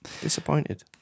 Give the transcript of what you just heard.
Disappointed